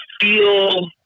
feel